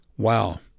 Wow